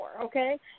Okay